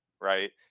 right